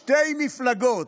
שתי מפלגות